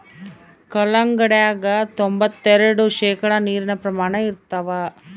ಕಲ್ಲಂಗಡ್ಯಾಗ ತೊಂಬತ್ತೆರೆಡು ಶೇಕಡಾ ನೀರಿನ ಪ್ರಮಾಣ ಇರತಾದ